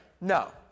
No